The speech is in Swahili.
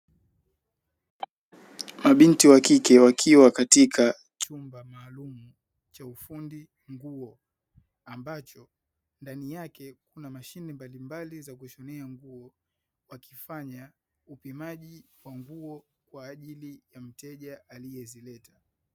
Mabinti wa kike wakiwa katika chumba maalum cha ufundi nguo ambacho ndani yake kuna mashine mbalimbali za kushonea nguo, wakifanya upimaji nguo kwa ajili ya mteja aliyezileta.